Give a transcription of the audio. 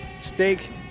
Steak